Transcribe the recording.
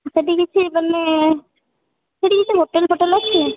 ସେଠି କିଛି ମାନେ ସେଠି କିଛି ହୋଟେଲ୍ ଫୋଟେଲ୍ ଅଛି